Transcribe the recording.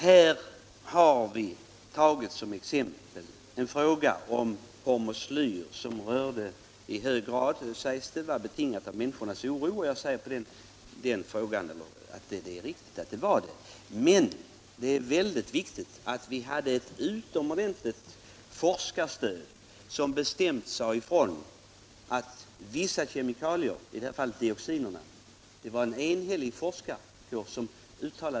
Här har vi som exempel tagit frågan om hormoslyr. Den berörde i hög grad människorna och väckte deras oro, sägs det, och det är riktigt. Men det är väldigt viktigt i sammanhanget att vi hade ett utomordentligt stöd av en enhällig forskarkår, som bestämt sade ifrån att vissa kemikalier —- i det här fallet dioxinerna — har en hög toxicitet.